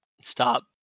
Stop